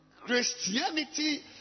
Christianity